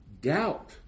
doubt